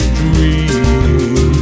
dream